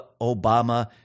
Obama